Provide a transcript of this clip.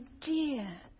dear